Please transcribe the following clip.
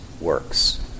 works